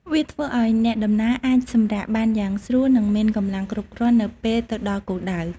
វាធ្វើឱ្យអ្នកដំណើរអាចសម្រាកបានយ៉ាងស្រួលនិងមានកម្លាំងគ្រប់គ្រាន់នៅពេលទៅដល់គោលដៅ។